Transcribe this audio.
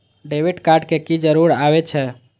Debit card के की जरूर आवे छै?